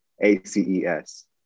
A-C-E-S